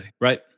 Right